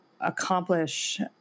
accomplish